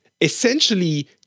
Essentially